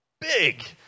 big